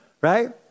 right